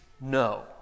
No